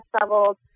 levels